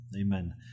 Amen